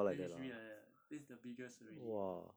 new H_D_B like that [one] this the biggest already